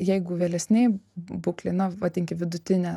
jeigu vėlesnėj būklėj na vadinkim vidutinė